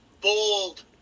Bold